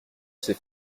s’est